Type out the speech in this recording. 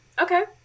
Okay